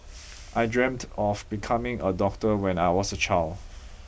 I dreamt of becoming a doctor when I was a child